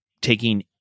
taking